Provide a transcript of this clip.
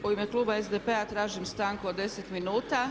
U ime kluba SDP-a tražim stanku od 10 minuta.